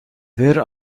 ვერ